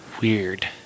Weird